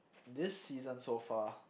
this season so far